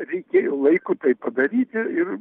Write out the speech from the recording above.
reikėjo laiko tai padaryti ir